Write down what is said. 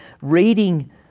reading